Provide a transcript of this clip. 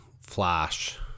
Flash